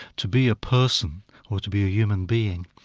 to be a person or to be a human being,